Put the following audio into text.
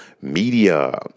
media